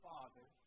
Father